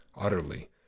utterly